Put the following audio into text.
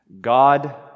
God